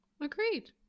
Agreed